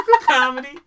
comedy